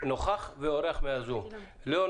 ליאון